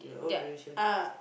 their ah